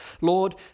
Lord